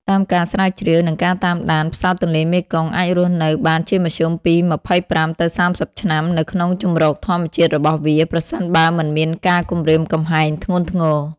តាមការស្រាវជ្រាវ និងការតាមដាន ផ្សោតទន្លេមេគង្គអាចរស់នៅបានជាមធ្យមពី ២៥ ទៅ ៣០ ឆ្នាំ នៅក្នុងជម្រកធម្មជាតិរបស់វា ប្រសិនបើមិនមានការគំរាមកំហែងធ្ងន់ធ្ងរ។